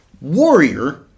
Warrior